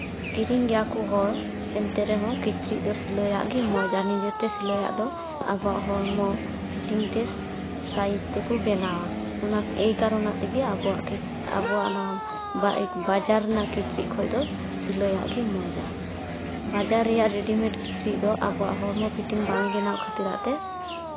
ᱠᱤᱨᱤᱧ ᱜᱮᱭᱟ ᱠᱚ ᱦᱚᱲ ᱮᱱᱛᱮ ᱨᱮᱦᱚᱸ ᱠᱤᱪᱨᱤᱡ ᱫᱚ ᱥᱤᱞᱟᱹᱭᱟᱜ ᱜᱮ ᱢᱚᱡᱽᱼᱟ ᱱᱤᱡᱮ ᱛᱮ ᱥᱤᱞᱟᱹᱭᱟᱜ ᱫᱚ ᱟᱵᱚᱣᱟᱜ ᱦᱚᱲᱢᱚ ᱯᱷᱤᱴᱤᱝ ᱛᱮ ᱥᱟᱭᱤᱡᱽ ᱛᱮᱠᱚ ᱵᱮᱱᱟᱣᱟ ᱚᱱᱟ ᱮᱭ ᱠᱟᱨᱚᱱᱟᱜ ᱛᱮᱜᱮ ᱟᱵᱚᱣᱟᱜ ᱟᱵᱚᱣᱟᱜ ᱱᱚᱣᱟ ᱵᱟᱡᱟᱨ ᱨᱮᱭᱟᱜ ᱠᱤᱪᱨᱤᱡ ᱠᱷᱚᱱ ᱫᱚ ᱥᱤᱞᱟᱹᱭᱟᱜ ᱜᱮ ᱢᱚᱡᱟ ᱵᱟᱡᱟᱨ ᱨᱮᱭᱟᱜ ᱨᱮᱹᱰᱤᱢᱮᱹᱰ ᱠᱤᱪᱨᱤᱡ ᱫᱚ ᱟᱵᱚᱣᱟᱜ ᱦᱚᱲᱢᱚ ᱯᱷᱤᱴᱤᱝ ᱵᱟᱝ ᱵᱮᱱᱟᱣ ᱠᱷᱟᱹᱛᱤᱨᱟᱜ ᱛᱮ